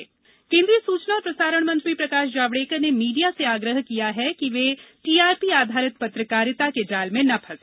जावड़ेकर पत्रकारिता केन्द्रीय सूचना और प्रसारण मंत्री प्रकाश जावड़ेकर ने मीडिया से आग्रह किया है कि वह टीआरपी आधारित पत्रकारिता के जाल में न फंसे